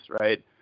right